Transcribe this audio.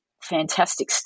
fantastic